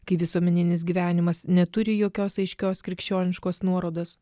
kai visuomeninis gyvenimas neturi jokios aiškios krikščioniškos nuorodos